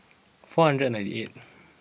four hundred and ninety eight